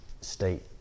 state